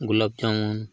gulab jamun